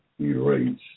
erase